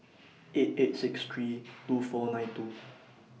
eight eight six three two four nine two